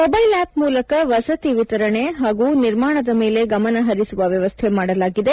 mobile app ಮೂಲಕ ವಸತಿ ವಿತರಣೆ ಹಾಗೂ ನಿರ್ಮಾಣದ ಮೇಲೆ ಗಮನ ಹರಿಸುವ ವ್ಯವಸ್ಥೆ ಮಾಡಲಾಗಿದೆ